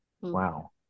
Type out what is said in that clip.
Wow